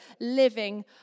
living